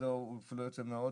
הוא אפילו לא יוצא מהאוטו.